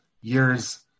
years